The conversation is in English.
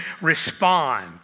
respond